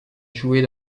jouer